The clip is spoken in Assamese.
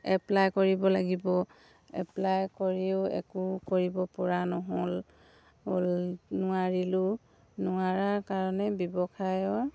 এপ্লাই কৰিব লাগিব এপ্লাই কৰিও একো কৰিবপৰা নহ'ল নোৱাৰিলোঁ নোৱাৰা কাৰণে ব্যৱসায়ৰ